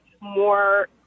more